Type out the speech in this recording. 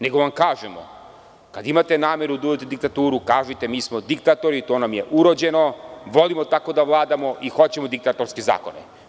Nego vam kažemo, kada imate nameru da uvedete diktaturu, kažite – mi smo diktatori, to nam je urođeno, volimo tako da vladamo i hoćemo diktatorske zakone.